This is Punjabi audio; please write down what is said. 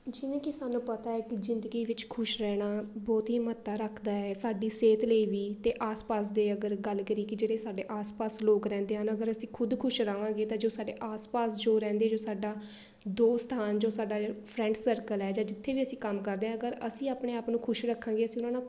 ਜਿਵੇਂ ਕਿ ਸਾਨੂੰ ਪਤਾ ਹੈ ਕਿ ਜ਼ਿੰਦਗੀ ਵਿੱਚ ਖੁਸ਼ ਰਹਿਣਾ ਬਹੁਤ ਹੀ ਮਹੱਤਤਾ ਰੱਖਦਾ ਹੈ ਸਾਡੀ ਸਿਹਤ ਲਈ ਵੀ ਅਤੇ ਆਸ ਪਾਸ ਦੇ ਅਗਰ ਗੱਲ ਕਰੀਏ ਕਿ ਜਿਹੜੇ ਸਾਡੇ ਆਸ ਪਾਸ ਲੋਕ ਰਹਿੰਦੇ ਹਨ ਅਗਰ ਅਸੀਂ ਖੁਦ ਖੁਸ਼ ਰਹਾਂਗੇ ਤਾਂ ਜੋ ਸਾਡੇ ਆਸ ਪਾਸ ਜੋ ਰਹਿੰਦੇ ਜੋ ਸਾਡਾ ਦੋਸਤ ਹਨ ਜੋ ਸਾਡਾ ਫਰੈਂਡ ਸਰਕਲ ਹੈ ਜਾਂ ਜਿੱਥੇ ਵੀ ਅਸੀਂ ਕੰਮ ਕਰਦੇ ਹਾਂ ਅਗਰ ਅਸੀਂ ਆਪਣੇ ਆਪ ਨੂੰ ਖੁਸ਼ ਰੱਖਾਂਗੇ ਅਸੀਂ ਉਹਨਾਂ ਨਾਲ